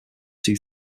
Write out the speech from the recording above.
two